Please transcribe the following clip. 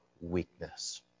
weakness